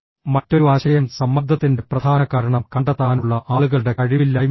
മറ്റൊരു ആശയം സമ്മർദ്ദത്തിന്റെ പ്രധാന കാരണം കണ്ടെത്താനുള്ള ആളുകളുടെ കഴിവില്ലായ്മയാണ്